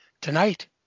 Tonight